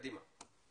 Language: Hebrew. קדימה.